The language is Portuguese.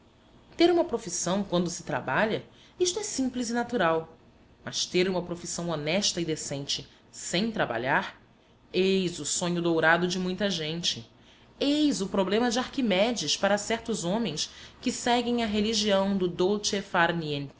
ter uma profissão quando se trabalha isto é simples e natural mas ter uma profissão honesta e decente sem trabalhar eis o sonho dourado de muita gente eis o problema de arquimedes para certos homens que seguem a religião do